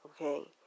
Okay